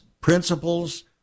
principles